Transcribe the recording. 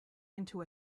into